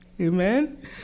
Amen